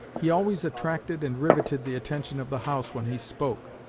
he always attracted and riveted the attention of the house when he spoke.